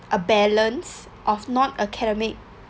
a balance of non academic